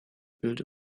bild